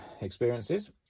experiences